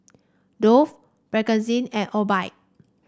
Dove Bakerzin and Obike